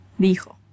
dijo